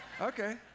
Okay